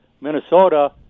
Minnesota